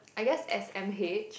I guess s_m_h